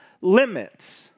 limits